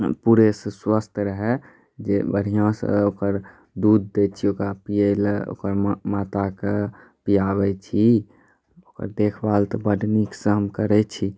पूरे स्वस्थ रहै जे बढ़िआँसँ ओकर दूध दै छी ओकरा पिला ओकर माताके पिआबै छी ओकर देखभाल तऽ बड़ नीकसँ हम करै छी